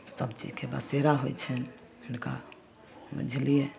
सब चीजके बसेरा होइ छनि हिनका बुझलिए